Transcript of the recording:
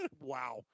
Wow